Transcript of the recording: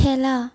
খেলা